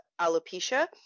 alopecia